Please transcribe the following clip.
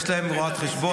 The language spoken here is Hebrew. יש להם רואת חשבון.